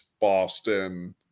Boston